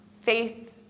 faith